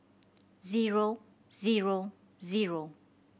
zero zero zero